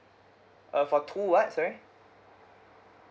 uh for two what sorry